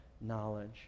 knowledge